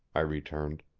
i returned.